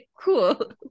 cool